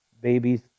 babies